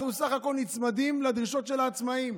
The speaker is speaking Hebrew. אנחנו בסך הכול נצמדים לדרישות של העצמאים;